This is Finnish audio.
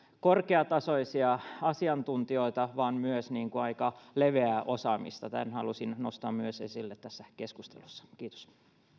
korkeatasoisia asiantuntijoita vaan myös aika leveää osaamista tämän halusin nostaa myös esille tässä keskustelussa kiitos